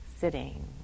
sitting